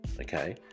okay